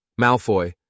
Malfoy